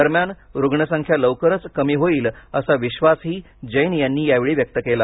दरम्यान रुग्णसंख्या लवकरच कमी होईल असा विश्वासही जैन यांनी यावेळी व्यक्त केला